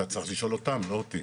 אתה צריך לשאול אותם, לא אותי.